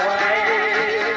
away